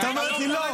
הייתה אומרת לי: לא.